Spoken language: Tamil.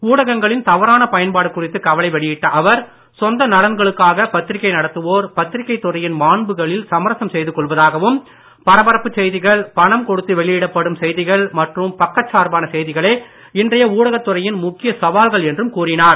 ஊடகங்களின் தவறான பயன்பாடு குறித்துக் கவலை வெளியிட்ட அவர் சொந்த நலன்களுக்காக பத்திரிக்கை நடத்துவோர் பத்திரிக்கைத் துறையின் மாண்புகளில் சமரசம் செய்து கொள்வதாகவும் பரபரப்புச் செய்திகள் பணம் கொடுத்து வெளியிடப்படும் செய்திகள் மற்றும் பக்கச் சார்பான செய்திகளே இன்றைய ஊடகத் துறையின் முக்கிய சவால்கள் என்றும் கூறினார்